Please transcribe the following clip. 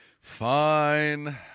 fine